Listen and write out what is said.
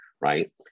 right